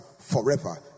forever